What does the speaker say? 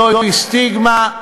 זוהי סטיגמה.